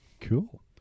Cool